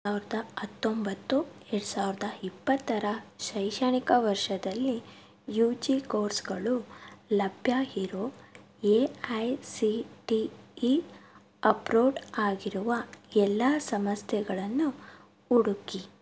ಸಾವಿರದ ಹತ್ತೊಂಬತ್ತು ಎರಡು ಸಾವಿರದ ಇಪ್ಪತ್ತರ ಶೈಕ್ಪಣಿಕ ವರ್ಷದಲ್ಲಿ ಯೂ ಜಿ ಕೋರ್ಸ್ಗಳು ಲಭ್ಯ ಇರೋ A I C T E approved ಆಗಿರುವ ಎಲ್ಲ ಸಂಸ್ಥೆಗಳನ್ನು ಹುಡುಕಿ